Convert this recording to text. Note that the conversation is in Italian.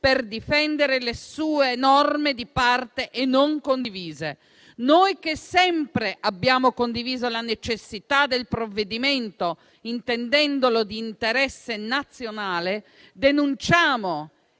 per difendere le sue norme di parte e non condivise. Noi che sempre abbiamo condiviso la necessità del provvedimento, intendendolo di interesse nazionale, denunciamo